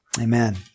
amen